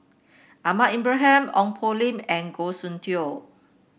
Ahmad Ibrahim Ong Poh Lim and Goh Soon Tioe